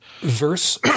verse